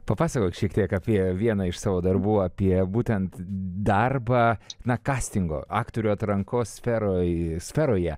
papasakok šiek tiek apie vieną iš savo darbų apie būtent darbą na kastingo aktorių atrankos sferoj sferoje